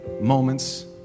moments